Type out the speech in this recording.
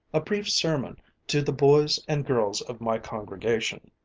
a brief sermon to the boys and girls of my congregation.